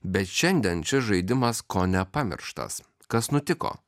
bet šiandien šis žaidimas kone pamirštas kas nutiko